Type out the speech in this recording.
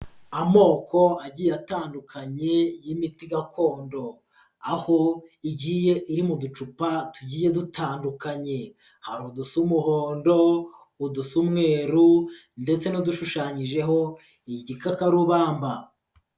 Amoko agiye atandukanye y'imiti gakondo, aho igiye iri mu ducupa tugiye dutandukanye, hari udusa umuhondo, udusa umweru ndetse n'udushushanyijeho igikakarubamba.